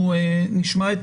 אנחנו נשמע את